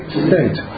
state